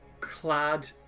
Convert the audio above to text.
clad